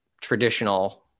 traditional